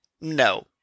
no